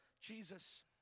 Jesus